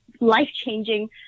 life-changing